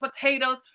potatoes